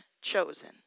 chosen